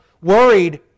worried